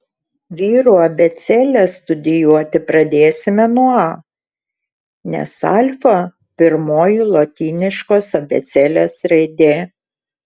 vyrų abėcėlę studijuoti pradėsime nuo a nes alfa pirmoji lotyniškos abėcėlės raidė